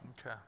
okay